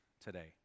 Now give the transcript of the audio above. today